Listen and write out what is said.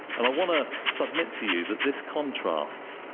and i want to submit to you that this contrasts,